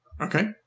Okay